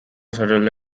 settled